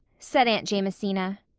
said aunt jamesina.